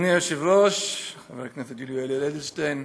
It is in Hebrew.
אדוני היושב-ראש חבר הכנסת יולי אדלשטיין,